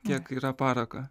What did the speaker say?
kiek yra parako